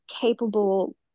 capable